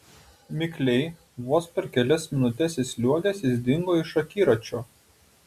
mikliai vos per kelias minutes įsliuogęs jis dingo iš akiračio